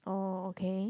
oh okay